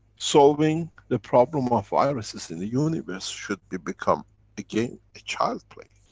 solving the problem of viruses in the universe should become a game, a child's play.